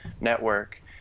network